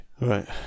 Right